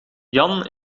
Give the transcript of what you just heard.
jan